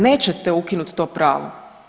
Nećete ukinuti to pravo.